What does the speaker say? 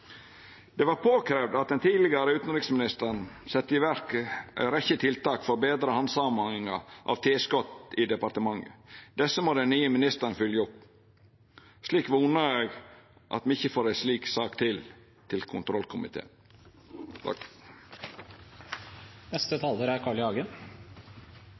Det var naudsynt at den tidlegare utanriksministeren sette i verk ei rekkje tiltak for å betra handsaminga av tilskot i departementet. Desse må den nye ministeren fylgja opp. Slik vonar eg at me ikkje får ei slik sak til til